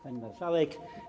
Pani Marszałek!